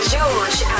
George